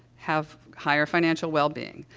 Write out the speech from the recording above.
have higher financial wellbeing.